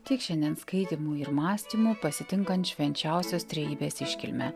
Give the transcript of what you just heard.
tiek šiandien skaitymų ir mąstymų pasitinkant švenčiausios trejybės iškilmę